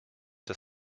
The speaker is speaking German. des